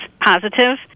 positive